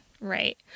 Right